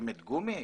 חותמת גומי?